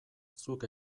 zuk